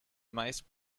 meist